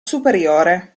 superiore